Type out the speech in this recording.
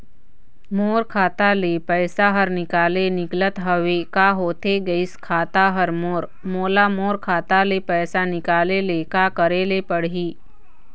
मोर खाता ले पैसा हर निकाले निकलत हवे, का होथे गइस खाता हर मोर, मोला मोर खाता ले पैसा निकाले ले का करे ले पड़ही?